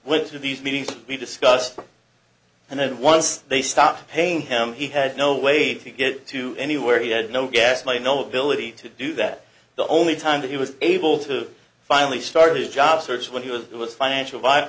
went to these meetings we discussed and then once they stop paying him he had no way to get to anywhere he had no gas money no ability to do that the only time he was able to finally start a job search when he was it was financial vi